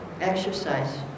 Exercise